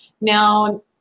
Now